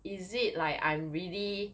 is it like I'm really